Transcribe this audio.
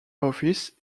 office